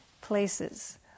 places